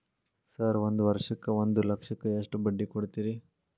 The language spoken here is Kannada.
ಸರ್ ಒಂದು ವರ್ಷಕ್ಕ ಒಂದು ಲಕ್ಷಕ್ಕ ಎಷ್ಟು ಬಡ್ಡಿ ಕೊಡ್ತೇರಿ?